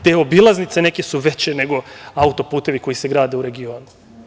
Te neke obilaznice su veće nego autoputevi koji se grade u regionu.